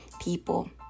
people